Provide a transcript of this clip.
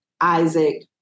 Isaac